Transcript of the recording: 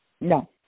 No